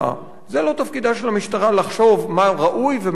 זה לא תפקידה של המשטרה לחשוב מה ראוי ומה לא ראוי.